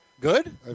Good